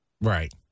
Right